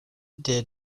did